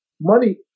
money